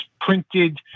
printed